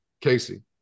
Casey